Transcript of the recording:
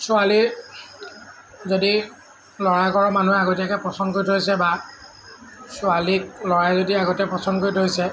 ছোৱালী যদি ল'ৰা ঘৰৰ মানুহে আগতীয়াকৈ পচন্দ কৰি থৈছে বা ছোৱালীক ল'ৰাই যদি আগতেই পচন্দ কৰি থৈছে